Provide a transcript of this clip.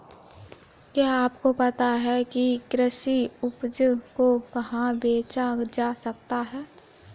क्या आपको पता है कि कृषि उपज को कहाँ बेचा जा सकता है?